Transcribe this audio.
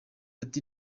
ati